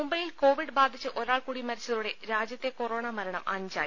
മുംബൈയിൽ കോവിഡ് ബാധിച്ച് ഒരാൾക്കൂടി മരിച്ച തോടെ രാജ്യത്തെ കൊറോണ മരണം അഞ്ചായി